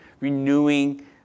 renewing